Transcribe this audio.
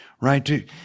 right